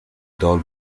dull